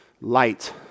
light